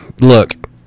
look